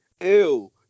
ew